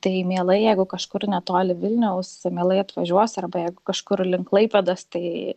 tai mielai jeigu kažkur netoli vilniaus mielai atvažiuosiu arba jeigu kažkur link klaipėdos tai